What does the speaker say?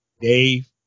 Dave